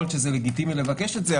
יכול להיות שזה לגיטימי לבקש את זה,